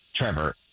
Trevor